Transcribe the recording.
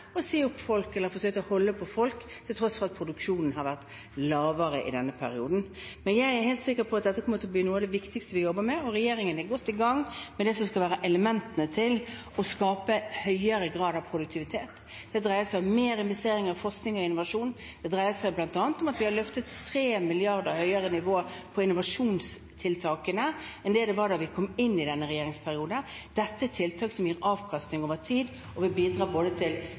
å si opp folk, eller har forsøkt å holde på folk, til tross for at produksjonen har vært lavere i denne perioden. Jeg er helt sikker på at dette kommer til å bli noe av det viktigste vi jobber med. Regjeringen er godt i gang med det som skal være elementene til å skape høyere grad av produktivitet. Det dreier seg om mer investering i forskning og innovasjon. Det dreier seg bl.a. om at vi har løftet nivået på innovasjonstiltakene 3 mrd. kr høyere enn det var da vi kom inn i denne regjeringens periode. Dette er tiltak som gir avkastning over tid, og som vil bidra til